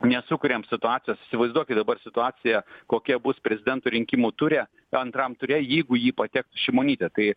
nesukuriam situacijos įsivaizduokit dabar situaciją kokia bus prezidento rinkimų ture antram ture jeigu į jį pateks šimonytė tai